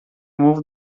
move